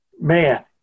Man